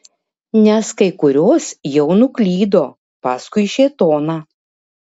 nes kai kurios jau nuklydo paskui šėtoną